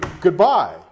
goodbye